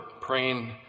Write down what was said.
praying